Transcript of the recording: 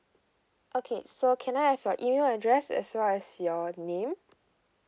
okay so can I have your email address as well as your name